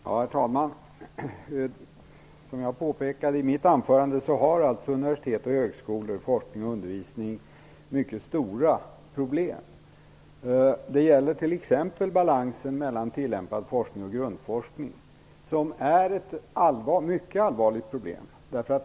Herr talman! Som jag påpekade i mitt anförande har universitet och högskolor som bedriver forskning och undervisning mycket stora problem. Det gäller t.ex. balansen mellan tillämpad forskning och grundforskning, som utgör ett mycket allvarligt problem.